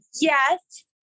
Yes